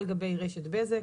על גבי רשת בזק,